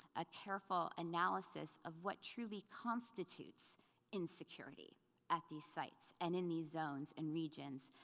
a careful analysis of what truly constitutes insecurity at these sites and in these zones and regions,